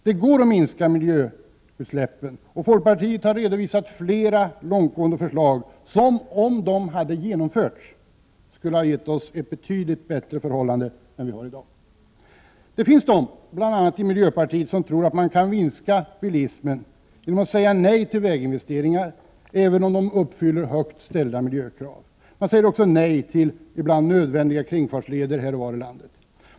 Det går att minska miljöutsläppen, och folkpartiet har redovisat flera långtgående förslag, som, om de hade genomförts, skulle ha gett oss en betydligt bättre miljösituation än vad vi har i dag. Det finns de, bl.a. i miljöpartiet, som tror att man kan minska bilismen genom att säga nej till väginvesteringar, även om de uppfyller högt ställda miljökrav. Man säger också nej till ibland nödvändiga kringfartsleder här och var i landet.